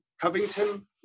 covington